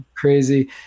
crazy